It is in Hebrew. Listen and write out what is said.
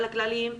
על הכללים,